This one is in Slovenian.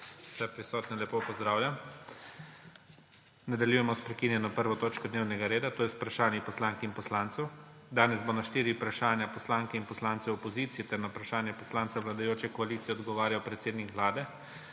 Vse prisotne lepo pozdravljam! Nadaljujemo s **prekinjeno 1. točko dnevnega reda – Vprašanja poslank in poslancev.** Danes bo na štiri vprašanja poslank in poslancev opozicije ter na vprašanje poslanca vladajoče koalicije odgovarjal predsednik Vlade.